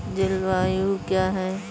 जलवायु क्या है?